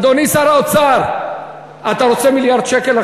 אדוני שר האוצר, אתה רוצה מיליארד שקל?